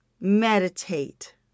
meditate